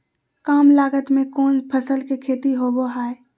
काम लागत में कौन फसल के खेती होबो हाय?